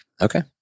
Okay